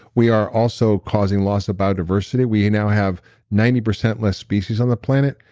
we are also causing loss of biodiversity. we now have ninety percent less species on the planet.